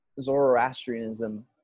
zoroastrianism